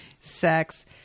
sex